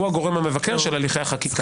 הוא הגורם המבקר של הליכי החקיקה.